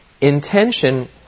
Intention